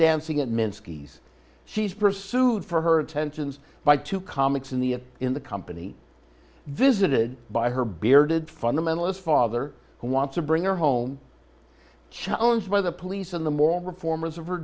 minsky's she's pursued for her attentions by two comics in the in the company visited by her bearded fundamentalist father who wants to bring her home challenged by the police and the more reformers of her